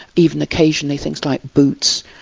even occasionally things like boots,